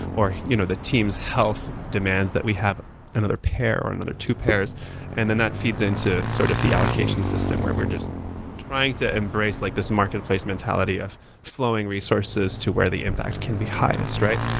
or you know the teams health demands that we have another pair or another two pairs and then that feeds into sort of the allocation system where we're just trying to embrace like this marketplace mentality of flowing resources to where the impact can be highest, right?